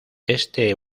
este